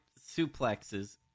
suplexes